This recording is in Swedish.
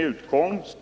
utkomst.